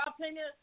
opinion